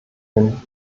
den